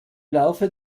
laufe